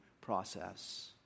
process